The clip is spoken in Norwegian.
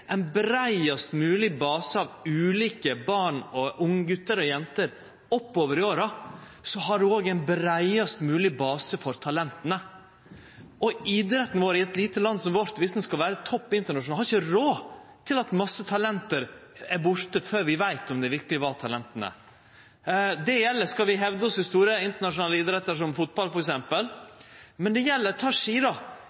ein breiast mogleg base av ulike barn, unge gutar og jenter, oppover i åra, har ein òg ein breiast mogleg base for talenta. Dersom ein i eit lite land som vårt skal vere på topp internasjonalt i idrett, har ein ikkje råd til at mange talent er borte før ein veit om dei verkeleg er talent. Det gjeld om vi skal hevde oss i store internasjonale idrettar som fotball,